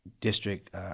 district